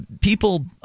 People